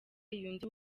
yunze